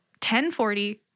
1040